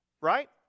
right